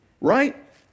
right